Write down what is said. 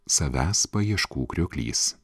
savęs paieškų krioklys